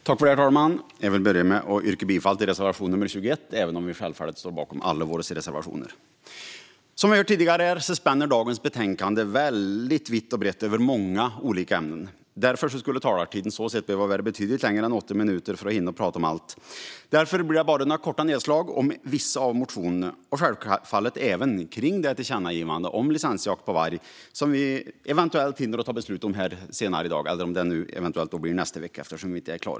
Herr talman! Jag vill yrka bifall till reservation nr 21, även om vi självfallet står bakom alla våra reservationer. Som vi har hört tidigare spänner detta betänkande vitt och brett över många olika ämnen; talartiden skulle behöva vara betydligt längre än åtta minuter för att hinna tala om allt. Det blir därför några korta nedslag om vissa motioner. Jag kommer självfallet även att tala om det tillkännagivande om licensjakt på varg som vi eventuellt kommer att hinna ta beslut om här senare i dag eller nästa vecka.